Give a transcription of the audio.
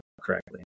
correctly